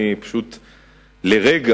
אני פשוט לרגע,